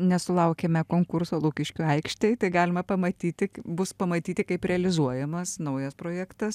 nesulaukėme konkurso lukiškių aikštėj tai galima pamatyti bus pamatyti kaip realizuojamas naujas projektas